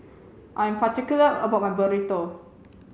I'm particular about my Burrito